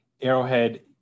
Arrowhead